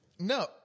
No